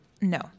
No